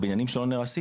בניינים שלא נהרסים,